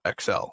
XL